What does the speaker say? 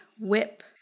whip